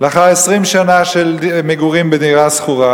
לאחר 20 שנה של מגורים בדירה שכורה,